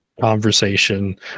conversation